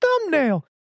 thumbnail